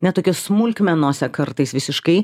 ne tokias smulkmenose kartais visiškai